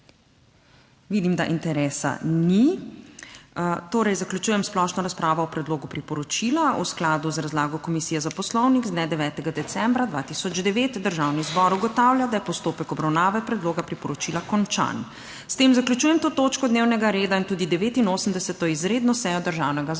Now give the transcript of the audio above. Vidim, da interesa ni. Torej zaključujem splošno razpravo o predlogu priporočila. V skladu z razlago Komisije za Poslovnik z dne 9. decembra 2009 Državni zbor ugotavlja, da je postopek obravnave predloga priporočila končan. S tem zaključujem to točko dnevnega reda in tudi 89. izredno sejo Državnega zbora